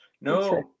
no